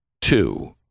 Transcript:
two